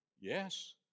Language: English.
Yes